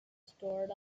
stored